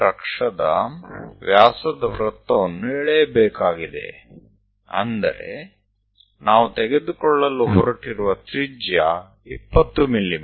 me ಅಕ್ಷದ ವ್ಯಾಸದ ವೃತ್ತವನ್ನು ಎಳೆಯಬೇಕಾಗಿದೆ ಅಂದರೆ ನಾವು ತೆಗೆದುಕೊಳ್ಳಲು ಹೊರಟಿರುವ ತ್ರಿಜ್ಯ 20 ಮಿ